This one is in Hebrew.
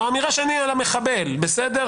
אמירה שאני עסקתי בה על המחבל שפורסמה,